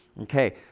Okay